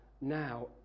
now